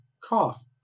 Cough